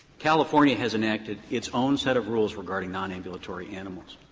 california has enacted its own set of rules regarding nonambulatory animals,